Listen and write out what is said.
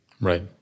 right